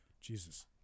Jesus